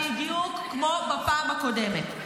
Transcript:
בדיוק כמו בפעם הקודמת.